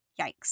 Yikes